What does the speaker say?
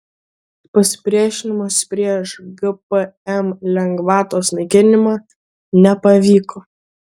pasipriešinimas prieš gpm lengvatos naikinimą nepavyko